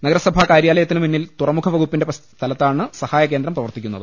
നഗരസഭാ കാര്യാലയത്തിനു മുന്നിൽ തുറമുഖ വകുപ്പിന്റെ സ്ഥലത്താണ് സഹായകേന്ദ്രം പ്രവർത്തിക്കുന്നത്